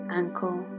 ankle